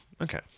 okay